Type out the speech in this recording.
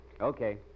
Okay